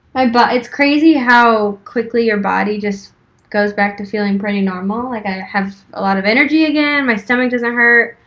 but it's crazy how quickly your body just goes back to feeling pretty normal. like i have a lot of energy again. my stomach doesn't hurt,